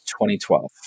2012